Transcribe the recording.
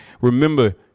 remember